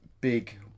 big